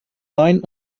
rein